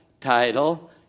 title